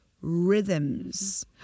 rhythms